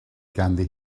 ganddi